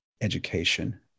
Education